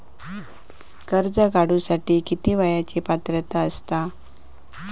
कर्ज काढूसाठी किती वयाची पात्रता असता?